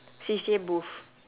C_C_A booth